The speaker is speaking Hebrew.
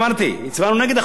הצבענו נגד החוק כולו,